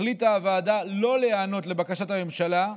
החליטה הוועדה שלא להיענות לבקשת הממשלה,